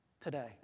today